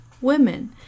women